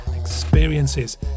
experiences